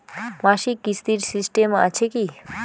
মাসিক কিস্তির সিস্টেম আছে কি?